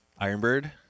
Ironbird